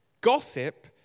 Gossip